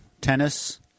Tennis